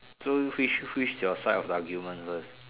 so which which your is side of the argument first